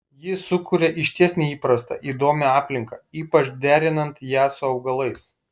ji sukuria išties neįprastą įdomią aplinką ypač derinant ją su augalais